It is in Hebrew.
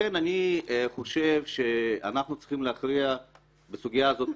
לכן אני חושב שאנחנו צריכים להכריע בסוגיה הזאת,